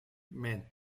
mijn